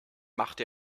machte